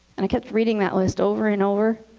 and i kept reading that list over and over.